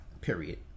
period